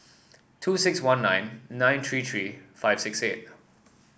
two six one nine nine three three five six eight